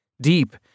Deep